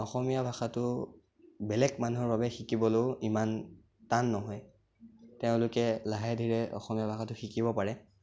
অসমীয়া ভাষাটো বেলেগ মানুহৰ বাবে শিকিবলৈও ইমান টান নহয় তেওঁলোকে লাহে ধীৰে অসমীয়া ভাষাটো শিকিব পাৰে